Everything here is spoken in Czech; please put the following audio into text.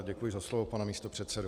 Děkuji za slovo, pane místopředsedo.